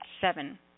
Seven